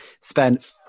spend